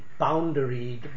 boundaried